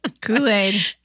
Kool-Aid